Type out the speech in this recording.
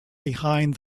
behind